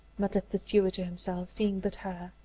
muttered the steward to himself, seeing but her.